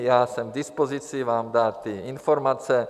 Já jsem k dispozici vám dát ty informace.